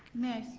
ms.